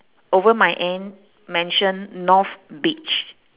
over my end mention north beach